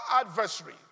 adversary